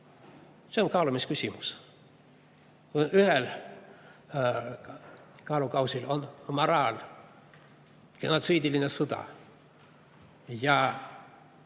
see on kaalumise küsimus. Ühel kaalukausil on moraal, genotsiidiline sõda. Ja